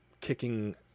kicking